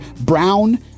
brown